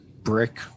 brick